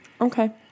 Okay